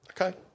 Okay